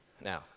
Now